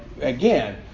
again